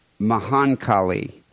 Mahankali